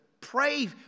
pray